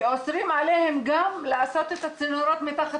ואוסרים עליהם גם לעשות את הצינורות מתחת